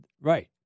right